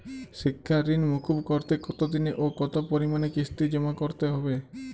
শিক্ষার ঋণ মুকুব করতে কতোদিনে ও কতো পরিমাণে কিস্তি জমা করতে হবে?